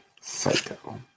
psycho